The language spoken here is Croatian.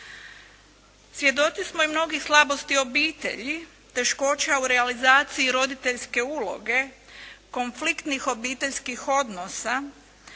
Svjedoci smo i mnogih slabosti obitelji, teškoća u realizaciji roditeljske uloge, konfliktnih obiteljskih odnosa